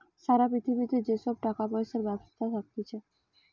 সারা পৃথিবীতে যে সব টাকা পয়সার ব্যবস্থা থাকতিছে